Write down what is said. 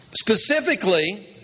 Specifically